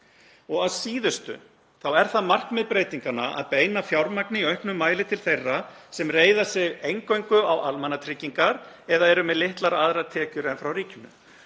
Að síðustu er það markmið breytinganna að beina fjármagni í auknum mæli til þeirra sem reiða sig eingöngu á almannatryggingar eða eru með litlar aðrar tekjur en frá ríkinu.